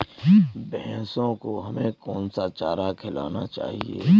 भैंसों को हमें कौन सा चारा खिलाना चाहिए?